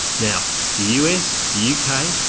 now the us, the kind of